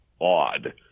odd